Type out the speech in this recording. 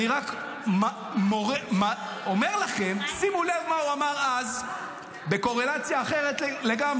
אני רק אומר לכם: שימו לב מה הוא אמר אז בקורלציה אחרת לגמרי,